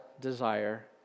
desire